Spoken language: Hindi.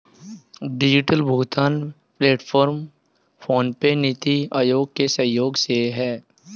डिजिटल भुगतान प्लेटफॉर्म फोनपे, नीति आयोग के सहयोग से है